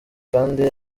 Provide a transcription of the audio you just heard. kandi